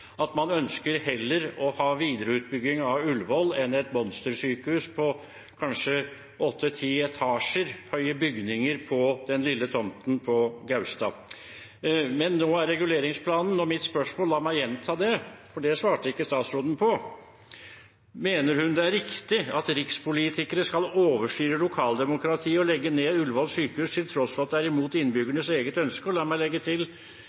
at man heller ønsker å ha videreutbygging av Ullevål enn et monstersykehus på kanskje åtte–ti etasjer høye bygninger på den lille tomten på Gaustad. Men nå gjelder det reguleringsplanen, så la meg gjenta mitt spørsmål, for det svarte ikke statsråden på: Mener hun det er riktig at rikspolitikere skal overstyre lokaldemokratiet og legge ned Ullevål sykehus til tross for at det er imot innbyggernes eget ønske? Og la meg legge til: